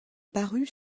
parut